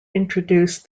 introduced